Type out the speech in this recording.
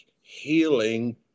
healing